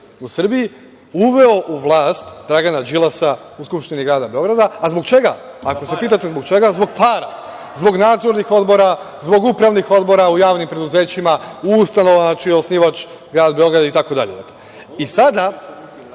u Srbiji, uveo u vlast Dragana Đilasa u Skupštini Grada Beograda. A, zbog čega? Ako se pitate zbog čega, zbog para, zbog nadzornih odbora, zbog upravnih odbora u javnim preduzećima, ustanovama čiji je osnivač grad Beograd itd. Sada